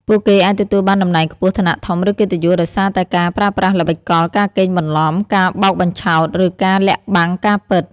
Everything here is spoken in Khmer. ពួកគេអាចទទួលបានតំណែងខ្ពស់ ឋានៈធំ ឬកិត្តិយសដោយសារតែការប្រើប្រាស់ល្បិចកល ការកេងបន្លំ ការបោកបញ្ឆោត ឬការលាក់បាំងការពិត។